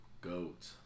Goat